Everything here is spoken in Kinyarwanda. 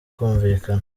kumvikana